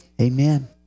Amen